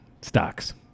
Stocks